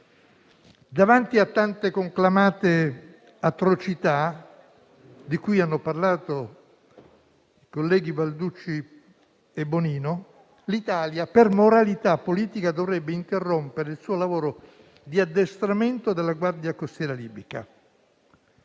Davanti a tante conclamate atrocità, di cui hanno parlato i colleghi Verducci e Bonino, l'Italia per moralità politica dovrebbe interrompere il suo lavoro di addestramento della Guardia costiera libica.